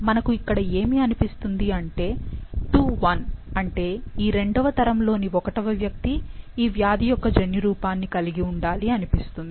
మనకు ఇక్కడ ఏమి అనిపిస్తుంది అంటే II 1 అంటే ఈ రెండవ తరం లోని ఒకటవ వ్యక్తి ఈ వ్యాధి యొక్క జన్యురూపాన్నికలిగి ఉండాలి అనిపిస్తుంది